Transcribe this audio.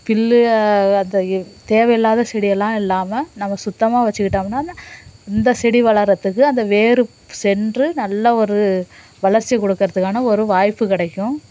bill அந்த ஏ தேவையில்லாத செடியெல்லாம் இல்லாமல் நம்ம சுத்தமாக வச்சிக்கிட்டம்னா தான் இந்த செடி வளர்றதுக்கு அந்த வேர் சென்று நல்லா ஒரு வளர்ச்சி கொடுக்கறதுக்கான ஒரு வாய்ப்பு கிடைக்கும்